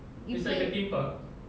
you say